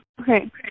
Okay